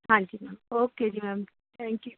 ਹਾਂਜੀ ਓਕੇ ਜੀ ma'am thank you